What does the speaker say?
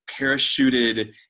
parachuted